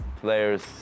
players